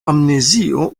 amnezio